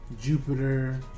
Jupiter